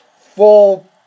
full